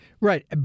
Right